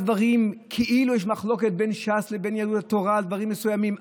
דברים שכאילו יש מחלוקת בין ש"ס לבין יהדות התורה על דברים מסוימים.